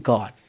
God